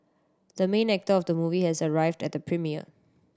the main actor of the movie has arrived at the premiere